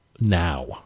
now